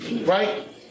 right